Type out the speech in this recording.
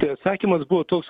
tai atsakymas buvo toks